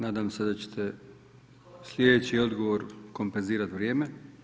Nadam se da ćete slijedeći odgovor kompenzirati vrijeme.